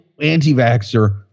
anti-vaxxer